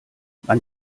man